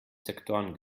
sektoren